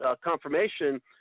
confirmation